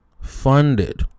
funded